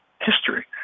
history